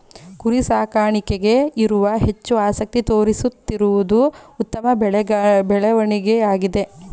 ಕುರಿ ಸಾಕಾಣಿಕೆಗೆ ಇವರು ಹೆಚ್ಚು ಆಸಕ್ತಿ ತೋರಿಸುತ್ತಿರುವುದು ಉತ್ತಮ ಬೆಳವಣಿಗೆಯಾಗಿದೆ